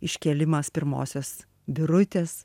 iškėlimas pirmosios birutės